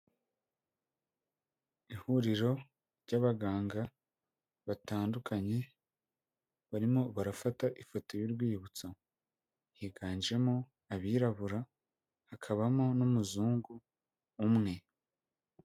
Ihuriro ry'abaganga batandukanye barimo barafata ifoto y'urwibutso, higanjemo abirabura, hakabamo n'umuzungu umwe.